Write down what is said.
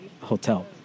hotel